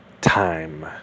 time